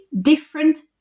different